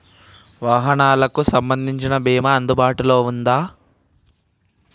వాహనాలకు సంబంధించిన బీమా అందుబాటులో ఉందా?